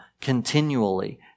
continually